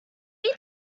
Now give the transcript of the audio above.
need